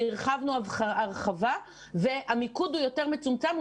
שהרחבנו הרחבה והמיקוד יותר מצומצם.